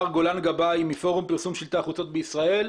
גולן גבאי מפורום פרסום שלטי החוצות בישראל.